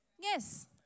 Yes